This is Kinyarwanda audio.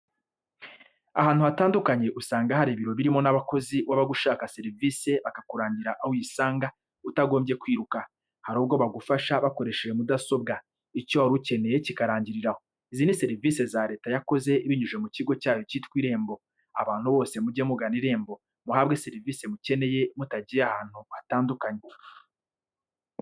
Ahantu hatandukanye usanga hari ibiro birimo n'abakozi wabaga ushaka serevise bakakurangira aho uyisanga utagombye kwiruka, hari ubwo bagufasha bakoresheje mudasobwa icyo wari ukeneye kikarangirira aho. Izi ni serivice za leta yakoze ibinyujije mu kigo cyayo kitwa Irembo, abantu bose mujye mugana Irembo muhabwe serivice mukeneye mutagiye ahantu hatandukanye.